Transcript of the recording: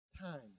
Time